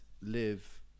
live